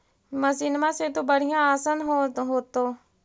मसिनमा से तो बढ़िया आसन हो होतो?